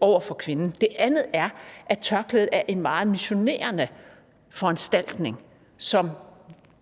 over for kvinden. Det andet er, at tørklædet er udtryk for noget meget missionerende, som